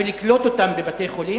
ולקלוט אותם בבתי-חולים,